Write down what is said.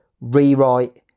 rewrite